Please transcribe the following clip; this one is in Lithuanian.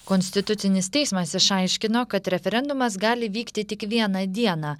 konstitucinis teismas išaiškino kad referendumas gali vykti tik vieną dieną